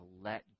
let